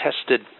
tested